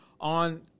on